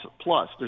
plus